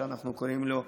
אנחנו קוראים לו,